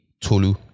Tolu